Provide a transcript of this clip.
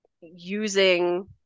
using